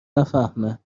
نفهمه